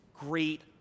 great